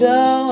go